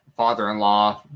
father-in-law